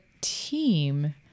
team